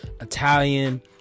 Italian